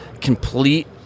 complete